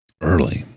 Early